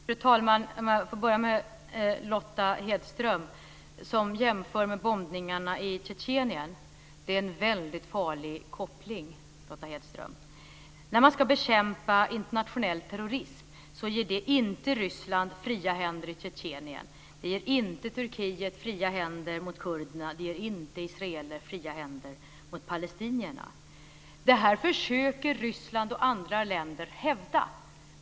Fru talman! Jag börjar med att kommentera det som Lotta Nilsson Hedström sade. Hon jämförde med bombningarna i Tjetjenien. Det är en väldigt farlig koppling, Lotta Hedström! När man ska bekämpa internationell terrorism ger det inte Ryssland fria händer i Tjetjenien. Det ger inte Turkiet fria händer mot kurderna. Det ger inte israelerna fria händer mot palestinierna. Det försöker Ryssland och andra länder att hävda.